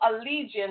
allegiance